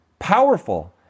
Powerful